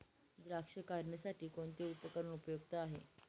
द्राक्ष काढणीसाठी कोणते उपकरण उपयुक्त आहे?